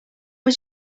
was